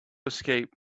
escape